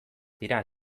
dira